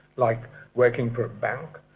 like working for a bank,